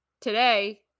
today